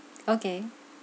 okay